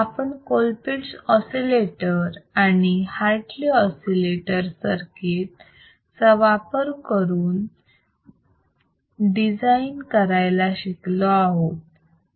आपण Colpitts oscillator आणि Hartley oscillator circuit चा वापर करून डिझाईन करायला शिकलो आहोत